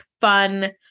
fun